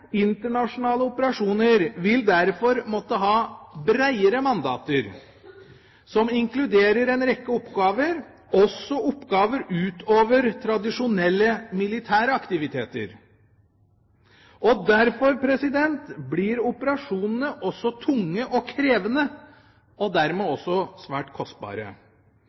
internasjonale operasjoner vil derfor måtte ha breiere mandater, som inkluderer en rekke oppgaver, også oppgaver utover tradisjonelle militære aktiviteter. Derfor blir operasjonene tunge og krevende, og dermed også svært kostbare.